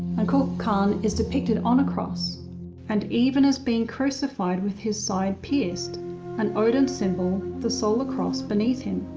and kukulcan is depicted on a cross and even as being crucified with his side pierced an odin symbol, the solar cross, beneath him.